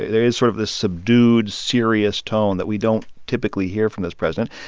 there is sort of this subdued, serious tone that we don't typically hear from this president.